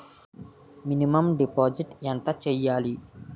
Minimum deposit ఎంత చెయ్యాలి?